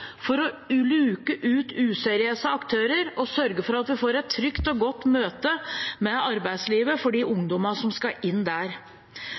for å luke ut useriøse aktører og sørge for at vi får et trygt og godt møte med arbeidslivet for de ungdommene som skal inn der.